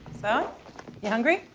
so you hungry?